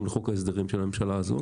לשמחתי,